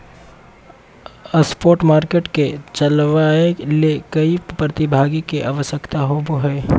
spot market के चलावय ले कई प्रतिभागी के आवश्यकता होबो हइ